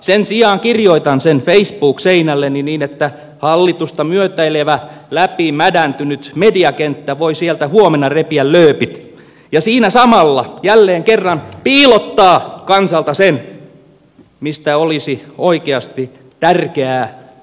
sen sijaan kirjoitan sen facebook seinälleni niin että hallitusta myötäilevä läpimädäntynyt mediakenttä voi sieltä huomenna repiä lööpit ja siinä samalla jälleen kerran piilottaa kansalta sen mistä olisi oikeasti tärkeää uutisoida